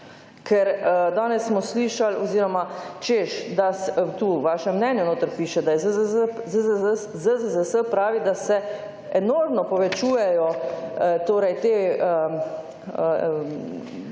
Ker danes smo slišali oziroma češ, da, tu v vašem mnenju notri piše, da je ZZZS pravi, da se enormno povečujejo torej te